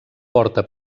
porta